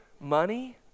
money